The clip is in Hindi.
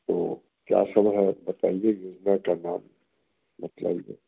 तो क्या सब है बताइए जो मैं करना मतलब जो